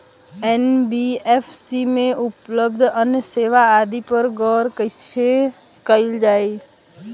NBFC में उपलब्ध अन्य सेवा आदि पर गौर कइसे करल जाइ?